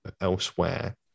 elsewhere